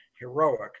heroic